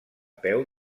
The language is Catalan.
peu